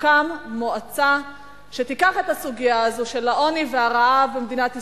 תוקם מועצה שתיקח את הסוגיה הזאת של העוני והרעב במדינת ישראל,